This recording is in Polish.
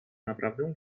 naprawdę